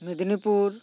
Midnapore